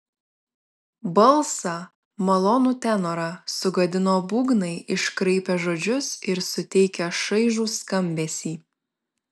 balsą malonų tenorą sugadino būgnai iškraipę žodžius ir suteikę šaižų skambesį